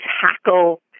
tackle